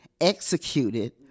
executed